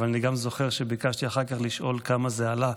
אבל אני גם זוכר שביקשתי אחר כך לשאול כמה זה עלה,